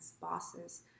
bosses